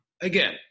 again